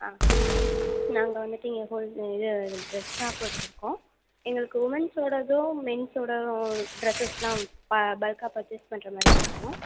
ஆ நாங்கள் வந்துட்டு இங்கே ஹோ இது ட்ரெஸ் ஷாப்பு வச்சுருக்கோம் எங்களுக்கு உமன்ஸோடதும் மென்ஸோட ட்ரஸெஸெலாம் பல்க்காக பர்ச்சேஸ் பண்ணுற மாதிரி இருக்கோம் மேம்